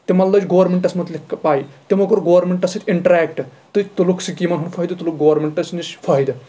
تِمن لٔج گوٚرمینٹس مُتعلِق پاے تِمو کوٚر گورمینٛٹس سۭتۍ اِنٹریکٹ تہٕ تُلُکھ سکیٖمن ہُنٛد فٲیدٕ تُلکھ گورمینٛٹس نِش فٲیِدٕ